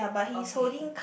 okay